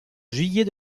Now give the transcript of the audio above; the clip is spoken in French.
juillet